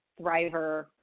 thriver